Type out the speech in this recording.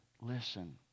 listen